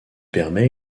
permet